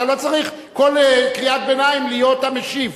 אתה לא צריך על כל קריאת ביניים להיות המשיב.